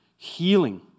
Healing